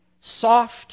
soft